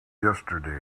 yesterday